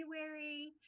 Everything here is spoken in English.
February